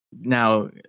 now